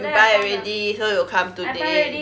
you buy already so it'll come today